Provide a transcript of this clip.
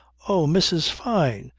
oh! mrs. fyne,